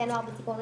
כן נוער בסיכון,